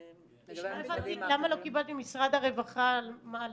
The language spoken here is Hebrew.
לא הבנתי למה לא קיבלת ממשרד הרווחה -- שנייה,